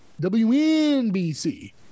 WNBC